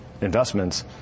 investments